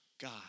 God